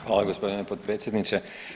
Hvala gospodine potpredsjedniče.